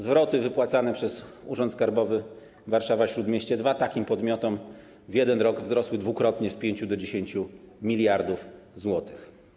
Zwroty wypłacane przez Urząd Skarbowy Warszawa-Śródmieście II takim podmiotom przez jeden rok wzrosły dwukrotnie, z 5 do 10 mld zł.